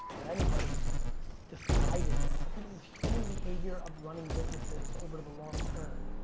or anybody decided this. i think this is human behavior of running businesses over the long term.